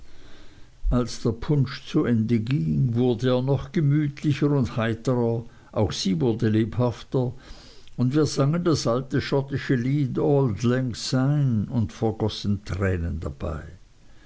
als der punsch zu ende ging wurde er noch gemütlicher und heiterer auch sie wurde lebhafter und wir sangen das alte schottische lied auld lang seyne und vergossen tränen dabei